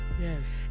Yes